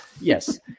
Yes